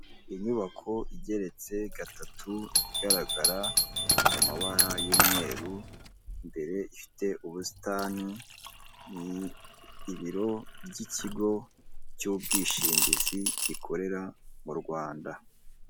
Inyubako igeretse gatatu igaragara mu mabara y'umweru imbere ifite ubusitani ni ibiro by'ikigo cy'u ubwishingizi gikorera mu Rwanda.